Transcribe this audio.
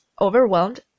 overwhelmed